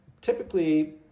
typically